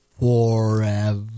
forever